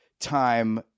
time